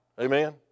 Amen